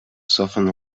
soften